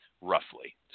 roughly